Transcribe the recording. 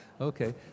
Okay